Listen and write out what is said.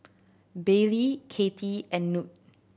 Baylie Kattie and Knute